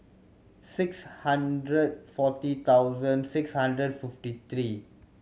six hundred forty thousand six hundred fifty three